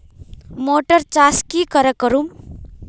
Motor चास की करे करूम?